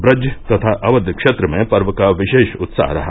ब्रज तथा अवध क्षेत्र में पर्व का विशेष उत्साह रहा